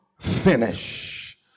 finish